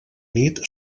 nit